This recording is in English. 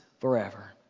forever